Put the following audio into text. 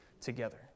together